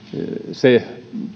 se